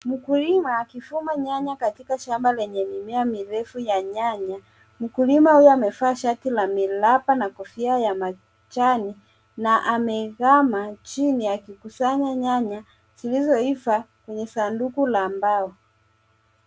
Mkulima akivuna nyanya katika shamba lenye mimea mirefu ya nyanya. Mkulima huyu amevaa shati kila miraba na kofia ya majani, na amezama chini, akikusanya nyanya zilizoiva kwenye sanduku la mbao.